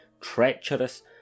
treacherous